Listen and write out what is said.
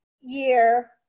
year